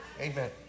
amen